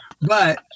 But-